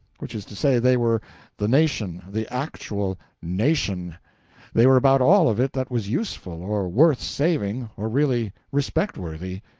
which is to say, they were the nation, the actual nation they were about all of it that was useful, or worth saving, or really respect-worthy,